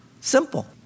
Simple